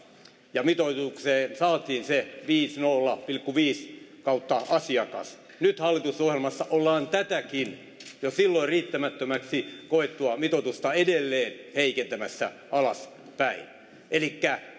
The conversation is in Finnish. ja mitoitukseksi saatiin se nolla pilkku viisi per asiakas nyt hallitusohjelmassa ollaan tätäkin jo silloin riittämättömäksi koettua mitoitusta edelleen heikentämässä alaspäin elikkä